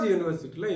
University